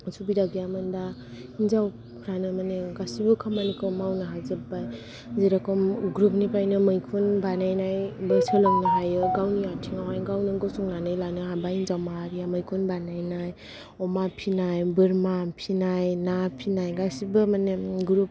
सुबिदा गैयामोन दा आरो हिनजाव फोरानो माने गासिबो खामानिखौ मावनो हाजोबबाय जेरोखम ग्रुप निफ्रायनो मैखुन बानायनाय सोलोंनो हायो गावनि आथिं आवहाय गावनो गसंनानो लानो हाबाय हिन्जाव माहारिया मैखुन बानायनाय अमा फिनाय बोरमा फिनाय ना फिनाय गासिबो माने ग्रुप